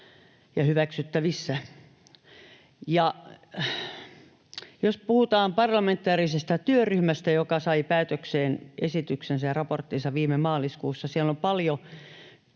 ja hyväksyttävissä. Jos puhutaan parlamentaarisesta työryhmästä, joka sai päätökseen esityksensä ja raporttinsa viime maaliskuussa, siellä on paljon